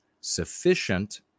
sufficient